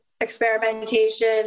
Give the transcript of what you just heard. experimentation